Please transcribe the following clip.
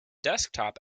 desktop